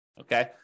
okay